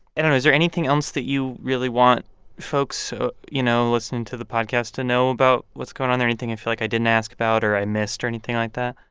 and is there anything else that you really want folks, so you know, listening to the podcast to know about what's going on there anything you and feel like i didn't ask about or i missed or anything like that?